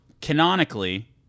canonically